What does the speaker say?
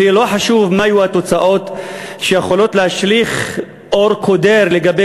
ולא חשוב מה יהיו התוצאות שיכולות להשליך אור קודר לגבי